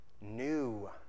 new